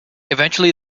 eventually